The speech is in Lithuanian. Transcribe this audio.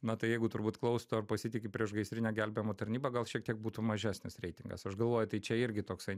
na tai jeigu turbūt klaustų ar pasitiki priešgaisrine gelbėjimo tarnyba gal šiek tiek būtų mažesnis reitingas aš galvoju tai čia irgi toksai